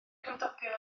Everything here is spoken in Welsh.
cymdogion